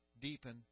Deepen